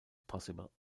possible